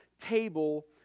table